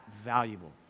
valuable